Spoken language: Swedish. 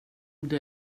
det